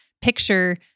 picture